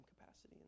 capacity